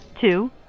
Two